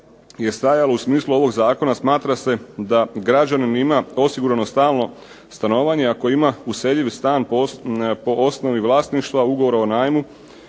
u smislu ovog zakona smatra se da građanin ima osigurano stalno stanovanje ako ima useljiv stan po osnovi vlasništva, ugovora o najmu,